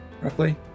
Roughly